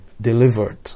delivered